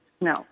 No